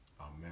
amen